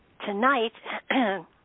Tonight